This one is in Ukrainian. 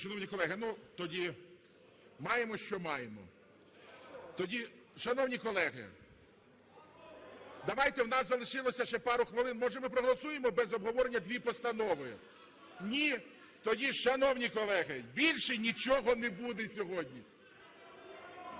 Шановні колеги, ну, тоді маємо, що маємо. Тоді, шановні колеги, давайте, у нас залишилося ще пару хвилин, може, ми проголосуємо без обговорення дві постанови? Ні. Тоді, шановні колеги, більше нічого не буде сьогодні.